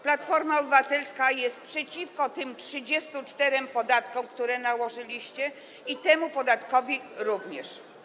Platforma Obywatelska jest przeciwko tym 34 podatkom, które nałożyliście, i temu podatkowi również.